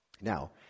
Now